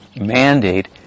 mandate